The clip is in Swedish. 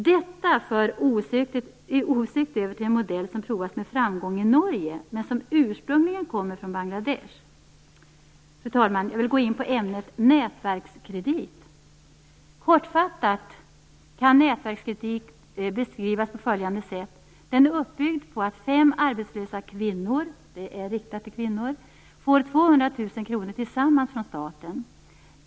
Detta för osökt över till en modell som provats med framgång i Norge men som ursprungligen kommer från Bangladesh. Fru talman! Jag vill gå in på ämnet nätverkskredit. Kortfattat kan nätverkskredit beskrivas på följande sätt. Den är uppbyggd på att fem arbetslösa kvinnor - det är riktat till kvinnor - får 200 000 kr tillsammans från staten.